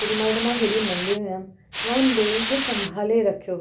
तेॾीमहिल त मां हेरी नंढी हुयमि त मां हुन ॿेड़ीअ खे संभाले रखियो